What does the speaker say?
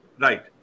Right